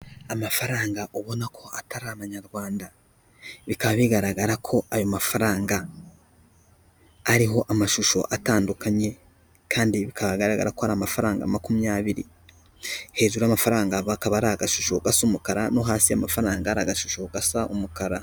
Amafaranga ubona ko atari amanyarwanda. Bikaba bigaragara ko ayo mafaranga ariho amashusho atandukanye kandi bikagaragara ko ari amafaranga makumyabiri. Hejuru y'amafaranga hakaba hari agashusho gasa umukara no hasi y' amafaranga hari agashusho gasa umukara.